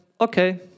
okay